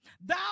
Thou